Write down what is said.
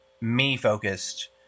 me-focused